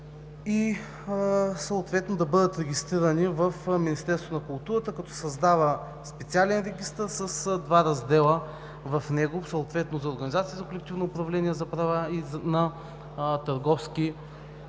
и съответно да бъдат регистрирани в Министерството на културата, като се създава специален регистър с два раздела в него, съответно за организации за колективно управление на права и на независими